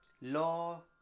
law